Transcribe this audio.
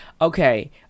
Okay